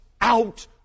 out